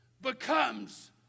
becomes